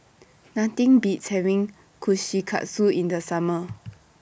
Nothing Beats having Kushikatsu in The Summer